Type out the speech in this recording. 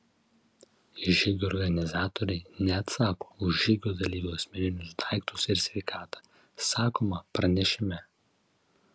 žygio organizatoriai neatsako už žygio dalyvių asmeninius daiktus ir sveikatą sakoma pranešime